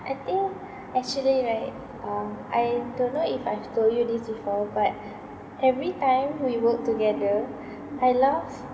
I think actually right uh I don't know if I've told you this before but every time we work together I laugh